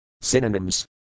Synonyms